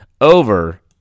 over